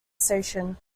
station